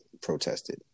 protested